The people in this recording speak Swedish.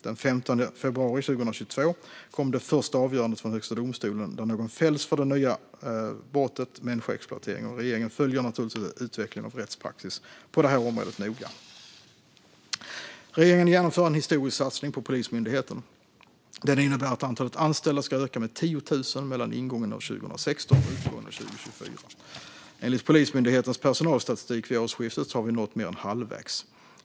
Den 15 februari 2022 kom det första avgörandet från Högsta domstolen där någon fälls för det nya brottet människoexploatering. Regeringen följer naturligtvis utvecklingen av rättspraxis på det här området noga. Regeringen genomför en historisk satsning på Polismyndigheten. Den innebär att antalet anställda ska öka med 10 000 mellan ingången av 2016 och utgången av 2024. Enligt Polismyndighetens personalstatistik vid årsskiftet har vi nått mer än halvvägs.